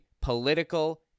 political